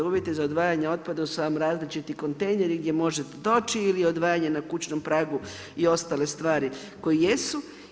Uvjeti za odvajanje otpada su vam različiti kontejneri gdje možete doći ili odvajanje na kućnom pragu i ostale stvari koje jesu.